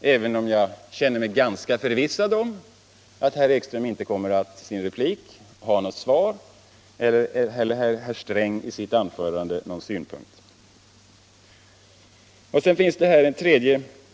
även om jag känner mig ganska säker på att varken herr Ekström kommer att ha något svar i sin replik eller herr Sträng någon synpunkt i sitt anförande.